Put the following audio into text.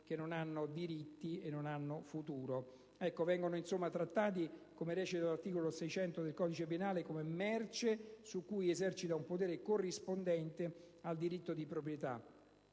non hanno diritti e non hanno futuro. Vengono insomma trattati, come recita l'articolo 600 del codice penale, come merce su cui si esercita «un potere corrispondente al diritto di proprietà».